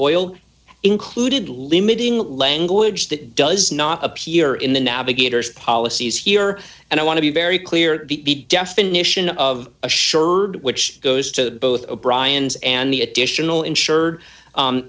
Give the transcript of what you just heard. foyle included limiting language that does not appear in the navigator's policies here and i want to be very clear the definition of assured which goes to both o'briens and the additional insured